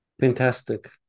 Fantastic